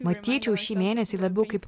matyčiau šį mėnesį labiau kaip